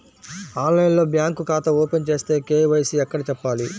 ఆన్లైన్లో బ్యాంకు ఖాతా ఓపెన్ చేస్తే, కే.వై.సి ఎక్కడ చెప్పాలి?